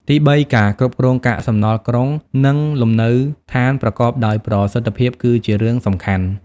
ទីបី ការគ្រប់គ្រងកាកសំណល់ក្រុង និងលំនៅឋានប្រកបដោយប្រសិទ្ធភាព គឺជារឿងសំខាន់។